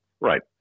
right